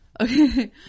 okay